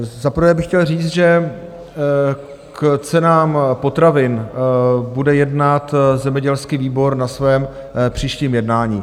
Za prvé bych chtěl říct, že k cenám potravin bude jednat zemědělský výbor na svém příštím jednání.